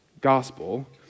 gospel